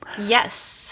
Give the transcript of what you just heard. Yes